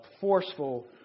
forceful